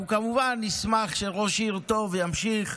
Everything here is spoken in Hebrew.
אנחנו כמובן נשמח שראש עיר טוב ימשיך,